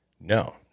No